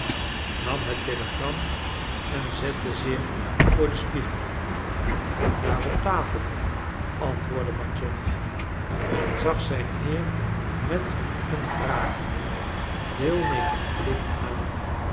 nam het telegram en zette zich voor den spiegel daar op tafel antwoordde matjeff en zag zijn heer met een vragenden deelnemenden blik aan